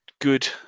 Good